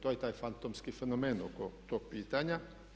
To je taj fantomski fenomen oko tog pitanja.